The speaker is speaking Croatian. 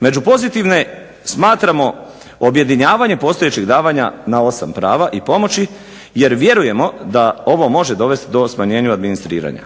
Među pozitivne smatramo objedinjavanje postojećeg davanja na 8 prava i pomoći jer vjerujemo da ovo može dovesti smanjenja administriranja.